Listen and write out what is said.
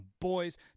boys